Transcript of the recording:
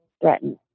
threatened